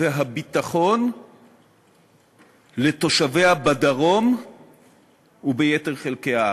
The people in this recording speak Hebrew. והביטחון לתושביה בדרום וביתר חלקי הארץ.